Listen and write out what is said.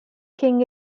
king